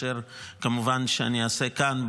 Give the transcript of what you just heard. יותר ממה שאני אעשה כאן,